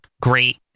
great